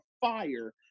fire